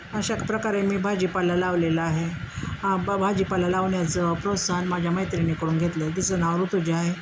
अशा प्रकारे मी भाजीपाला लावलेला आहे ब भाजीपाला लावण्याचं प्रोत्साहन माझ्या मैत्रिणीकडून घेतलं तिचं नाव ऋतुजा आहे